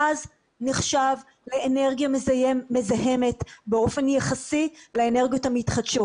גז נחשב לאנרגיה מזהמת באופן יחסי לאנרגיות המתחדשות.